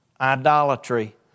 idolatry